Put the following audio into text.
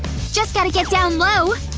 just gotta get down low,